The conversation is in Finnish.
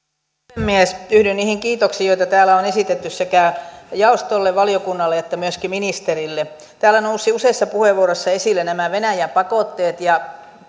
puhemies yhdyn niihin kiitoksiin joita täällä on esitetty sekä jaostolle valiokunnalle että myöskin ministerille täällä nousivat useissa puheenvuoroissa esille nämä venäjä pakotteet ja